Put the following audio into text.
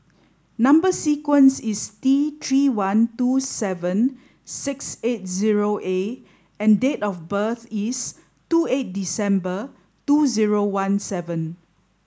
number sequence is T three one two seven six eight zero A and date of birth is two eight December two zero one seven